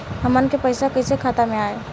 हमन के पईसा कइसे खाता में आय?